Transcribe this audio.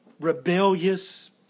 rebellious